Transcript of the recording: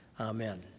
Amen